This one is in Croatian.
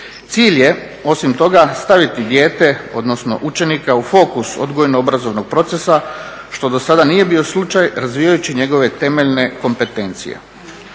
Cilj je osim toga staviti dijete, odnosno učenika u fokus odgojno-obrazovnog procesa što do sada nije bio slučaj razvijajući njegove temeljne kompetencije.